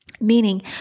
Meaning